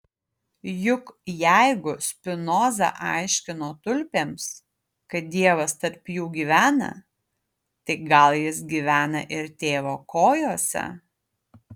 juk jeigu spinoza aiškino tulpėms kad dievas tarp jų gyvena tai gal jis gyvena ir tėvo kojose